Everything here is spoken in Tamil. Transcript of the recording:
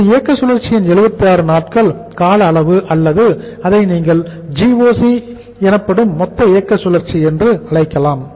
இது இயக்க சுழற்சியின் 76 நாட்கள் கால அளவு அல்லது நீங்கள் அதை GOC எனப்படும் மொத்த இயக்க சுழற்சி என்றும் அழைக்கலாம்